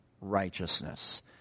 righteousness